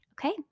Okay